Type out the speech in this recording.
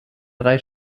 drei